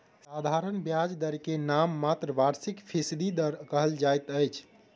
साधारण ब्याज दर के नाममात्र वार्षिक फीसदी दर कहल जाइत अछि